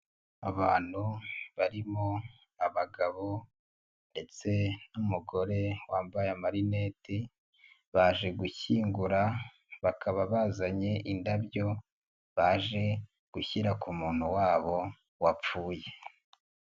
Abantu barimo abagabo ndetse n'umugore wambaye amarinete baje gushyingura bakaba bazanye indabyo baje gushyira ku muntu wabo wapfuye.